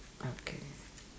okay